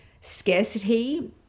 scarcity –